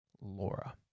Laura